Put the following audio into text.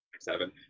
seven